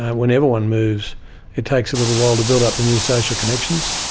whenever one moves it takes a little while to build up and new social connections.